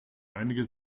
einige